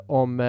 om